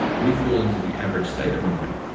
we fall into the average state of mind,